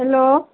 hello